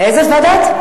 איזו ועדה?